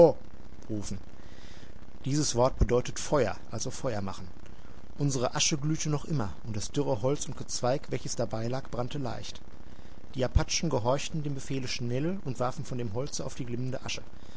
rufen dieses wort bedeutet feuer also feuer machen unsere asche glühte noch immer und das dürre holz und gezweig welches dabei lag brannte leicht die apachen gehorchten dem befehle schnell und warfen von dem holze auf die glimmende asche